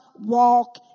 walk